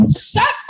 shut